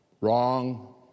wrong